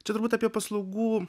čia turbūt apie paslaugų